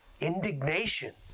indignation